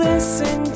Listen